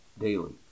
daily